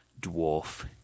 Dwarf